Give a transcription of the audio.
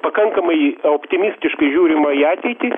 pakankamai optimistiškai žiūrima į ateitį